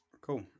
Cool